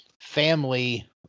family